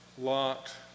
Lot